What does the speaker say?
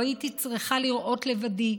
לא הייתי צריכה לראות לבדי,